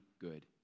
good